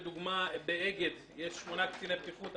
למשל באגד יש 8 קציני בטיחות,